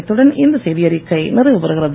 இத்துடன் இந்த செய்திஅறிக்கை நிறைவுபெறுகிறது